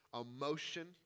emotion